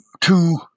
two